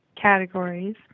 categories